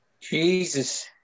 Jesus